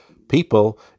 people